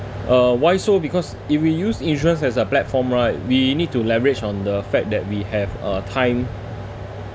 uh why so because if we use insurance as a platform right we need to leverage on the fact that we have a time